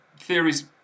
theories